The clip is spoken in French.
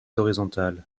horizontal